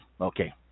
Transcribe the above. Okay